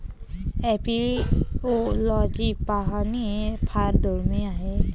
apiology पाहणे फार दुर्मिळ आहे